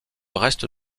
reste